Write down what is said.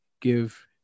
give